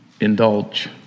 indulge